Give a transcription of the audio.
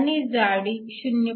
आणि जाडी 0